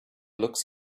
looks